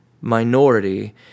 minority